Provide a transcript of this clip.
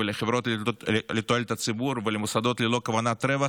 לחברות לתועלת הציבור ולמוסדות ללא כוונת רווח,